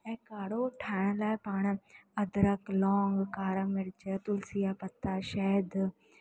ऐं काढ़ो ठाहिण लाइ पाण अदरक लौंग कारा मिर्च तुलिसी जा पत्ता शहद